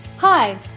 Hi